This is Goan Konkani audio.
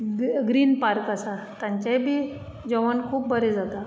ग ग्रीन पार्क आसा तांचेंय बी जेवण खूब बरें जाता